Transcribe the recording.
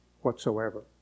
whatsoever